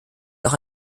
auch